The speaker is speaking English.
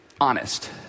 honest